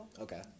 Okay